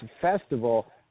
Festival